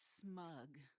smug